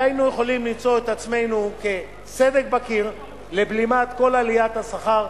היינו יכולים למצוא את עצמנו כסדק בקיר לבלימת כל עליית השכר,